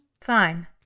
Fine